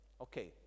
Okay